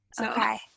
Okay